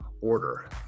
order